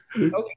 Okay